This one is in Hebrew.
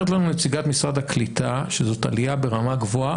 אומרת לנו נציגת משרד הקליטה שזאת עלייה ברמה גבוהה,